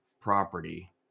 property